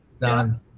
done